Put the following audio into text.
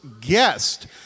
guest